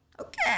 Okay